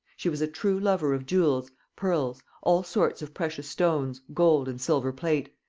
she was a true lover of jewels, pearls, all sorts of precious stones, gold and silver plate,